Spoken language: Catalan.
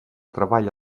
treball